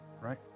right